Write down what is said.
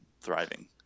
thriving